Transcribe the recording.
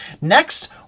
Next